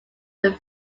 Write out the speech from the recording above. from